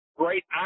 great